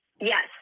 Yes